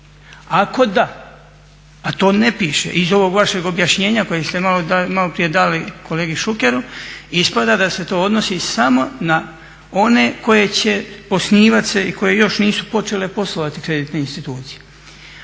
Ako da, a to ne piše iz ovog vašeg objašnjenja kojeg ste malo prije dali kolegi Šukeru ispada da se to odnosi samo na one koje će osnivat se i koje još nisu počele poslovati kreditne institucije.